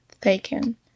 taken